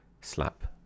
slap